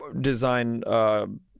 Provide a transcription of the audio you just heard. design